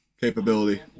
capability